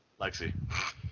Lexi